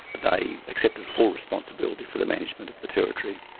they accepted full responsibility for the management of the territory.